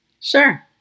sure